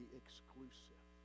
exclusive